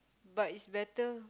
but is better